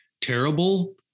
terrible